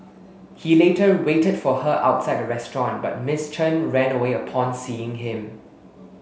he later waited for her outside the restaurant but Miss Chen ran away upon seeing him